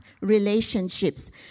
relationships